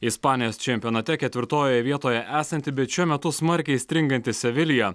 ispanijos čempionate ketvirtojoje vietoje esanti bet šiuo metu smarkiai stringanti sevilija